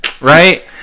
right